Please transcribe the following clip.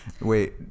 Wait